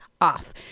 off